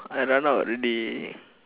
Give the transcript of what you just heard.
I run out already